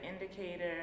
indicator